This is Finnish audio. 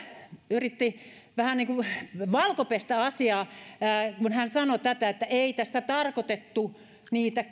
yritti vähän niin kuin valkopestä asiaa kun hän sanoi että ei tässä tarkoitettu niitä